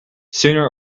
sooner